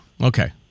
Okay